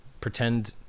pretend